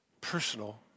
personal